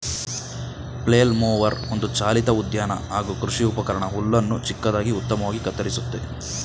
flail mower ಒಂದು ಚಾಲಿತ ಉದ್ಯಾನ ಹಾಗೂ ಕೃಷಿ ಉಪಕರಣ ಹುಲ್ಲನ್ನು ಚಿಕ್ಕದಾಗಿ ಉತ್ತಮವಾಗಿ ಕತ್ತರಿಸುತ್ತೆ